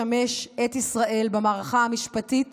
המשמש את ישראל במערכה המשפטית